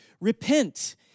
repent